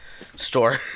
store